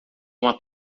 uma